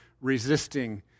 resisting